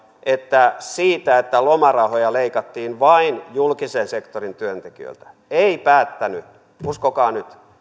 että siitä että lomarahoja leikattiin vain julkisen sektorin työntekijöiltä ei päättänyt uskokaa nyt